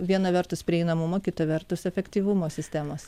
viena vertus prieinamumą kita vertus efektyvumo sistemos